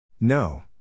No